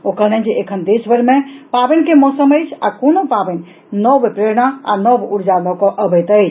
ओ कहलनि जे एखन देश मे पावनि के मौसम अछि आ कोनो पावनि नव प्रेरणा आ नव ऊर्जा लऽकऽ आवैत अछि